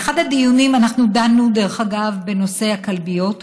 באחד הדיונים דנו, דרך אגב, בנושא הכלביות,